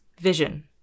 Vision